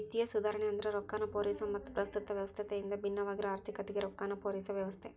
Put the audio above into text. ವಿತ್ತೇಯ ಸುಧಾರಣೆ ಅಂದ್ರ ರೊಕ್ಕಾನ ಪೂರೈಸೊ ಮತ್ತ ಪ್ರಸ್ತುತ ವ್ಯವಸ್ಥೆಯಿಂದ ಭಿನ್ನವಾಗಿರೊ ಆರ್ಥಿಕತೆಗೆ ರೊಕ್ಕಾನ ಪೂರೈಸೊ ವ್ಯವಸ್ಥೆ